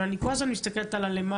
אבל אני כל הזמן מסתכלת על הלמעלה,